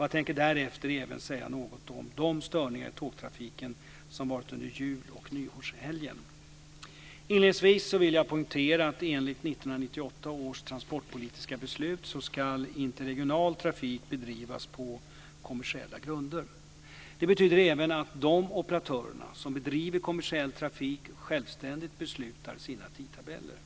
Jag tänker därefter även säga något om de störningar i tågtrafiken som varit under jul och nyårshelgen. Inledningsvis vill jag poängtera att interregional trafik enligt 1998 års transportpolitiska beslut ska bedrivas på kommersiella grunder. Det betyder även att de operatörer som bedriver kommersiell trafik självständigt beslutar om sina tidtabeller.